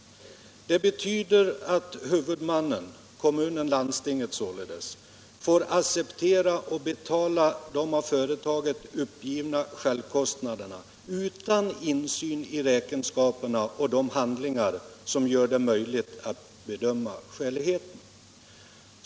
Det betyder att huvudmannen, kommunen/landstinget, får acceptera och betala de av företaget uppgivna självkostnaderna utan insyn i räkenskaperna och de handlingar som gör det möjligt att bedöma skäligheten av dessa uppgifter.